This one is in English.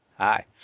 Hi